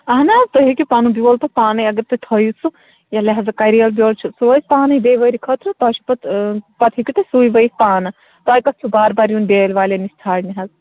اَہَن حظ تُہۍ ہیٚکِو پَنُن بیول پَتہٕ پانَے اگر تُہۍ تھٲیِو سُہ یا لہٰذا کَریل بیول چھُ سُہ روزِ پانَے پانَے بیٚیہِ ؤرِیہِ خٲطرٕ تۄہہِ چھُو پَتہٕ پَتہٕ ہیٚکِو تُہۍ سُے ؤیِتھ پانہٕ تۄہہِ کَتھ چھُو بار بار یُن بٲلۍ والٮ۪ن نِش ژھانٛڈنہِ حظ